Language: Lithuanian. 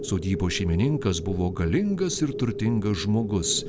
sodybos šeimininkas buvo galingas ir turtingas žmogus